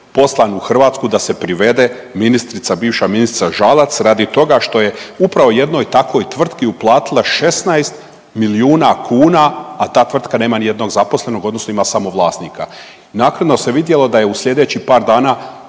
poslan u Hrvatsku da se privede ministrica, bivša ministrica Žalac radi toga što je upravo jednoj takvoj tvrtki uplatila 16 milijuna kuna, a ta tvrtka nema nijednog zaposlenog odnosno ima samo vlasnika. Naknadno se vidjelo da je u slijedećih par dana